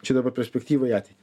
čia dabar perspektyvą į ateitį